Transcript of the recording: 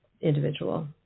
individual